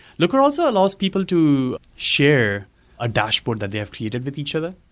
looker also allows people to share a dashboard that they have created with each other.